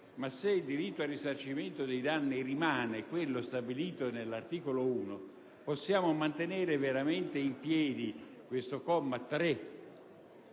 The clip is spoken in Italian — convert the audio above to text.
se il diritto al risarcimento dei danni rimane quello stabilito nell'articolo 1, possiamo mantenere veramente in piedi il capoverso